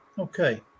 Okay